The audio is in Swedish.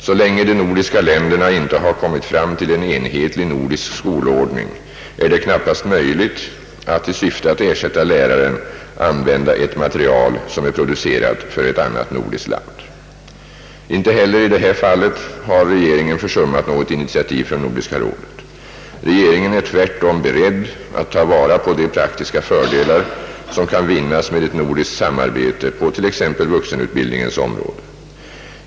Så länge de nordiska länderna inte har kommit fram till en enhetlig nordisk skolordning, är det knappast möjligt att i syfte att ersätta läraren använda ett material som är producerat för ett annat nordiskt land. Inte heller i detta fall har regeringen försummat något initiativ från Nordiska rådet. Regeringen är tvärtom beredd att ta vara på de praktiska fördelar som kan vinnas med ett nordiskt samarbete på t.ex. vuxenutbildningens område.